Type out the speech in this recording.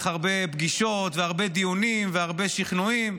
הרבה פגישות והרבה דיונים והרבה שכנועים,